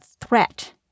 threat